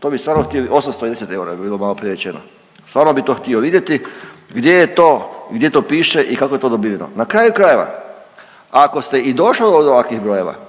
to bi stvarno htio 830 eura je bilo maloprije rečeno. Stvarno bi to htio vidjeti, gdje je to, gdje to piše i kako je to dobiveno. Na kraju krajeva, ako ste i došli do ovakvih brojeva